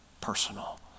personal